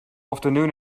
afternoon